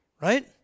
right